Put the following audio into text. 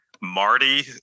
Marty